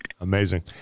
Amazing